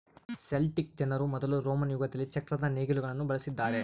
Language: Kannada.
ಸೆಲ್ಟಿಕ್ ಜನರು ಮೊದಲು ರೋಮನ್ ಯುಗದಲ್ಲಿ ಚಕ್ರದ ನೇಗಿಲುಗುಳ್ನ ಬಳಸಿದ್ದಾರೆ